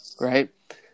right